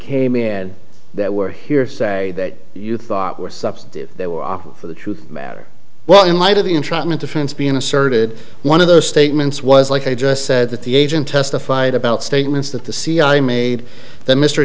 came in that were here say that you thought were substantive they were for the truth matter well in light of the entrapment defense being asserted one of those statements was like i just said that the agent testified about statements that the cia made that mr